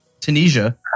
Tunisia